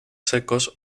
secos